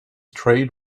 trade